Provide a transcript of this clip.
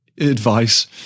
advice